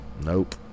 Nope